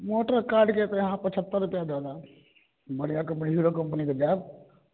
मोटरगार्डके तऽ अहाँ पचहत्तरि रुपैआ दए देब बढिआँ कम्पनीके हीरो कंपनीके देब